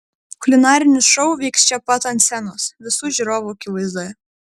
kulinarinis šou vyks čia pat ant scenos visų žiūrovų akivaizdoje